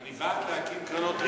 אני בעד להקים קרנות ריט,